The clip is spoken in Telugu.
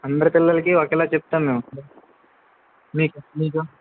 అందరి పిల్లలకి ఒకేలా చెప్తాము మేము మీకు మీకు